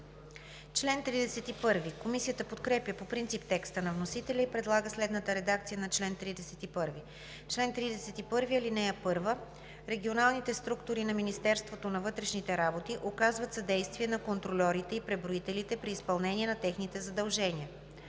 Комисията подкрепя по принцип текста на вносителя и предлага следната редакция на чл. 31: „Чл. 31. (1) Регионалните структури на Министерството на вътрешните работи оказват съдействие на контрольорите и преброителите при изпълнение на техните задължения.